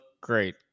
great